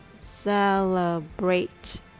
Celebrate